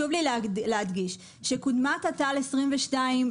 -- כשקודמה תת"ל 22,